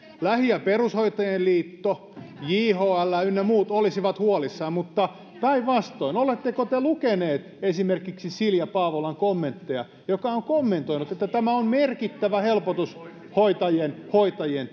lähi ja perushoitajien liitto jhl ynnä muut olisivat huolissaan mutta päinvastoin oletteko te lukeneet esimerkiksi silja paavolan kommentteja joka on kommentoinut että tämä on merkittävä helpotus hoitajien hoitajien